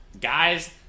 guys